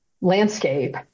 landscape